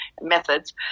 methods